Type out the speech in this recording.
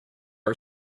her